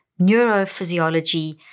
neurophysiology